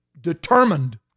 determined